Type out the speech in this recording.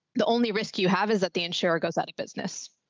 the only risk you have is that the insurer goes out of business.